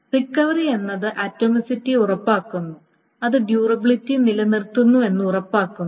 recovery എന്നത് atomicity ഉറപ്പാക്കുന്നു ഇത് ഡ്യൂറബിലിറ്റി നിലനിർത്തുന്നുവെന്ന് ഉറപ്പാക്കുന്നു